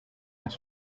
las